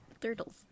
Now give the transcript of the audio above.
turtles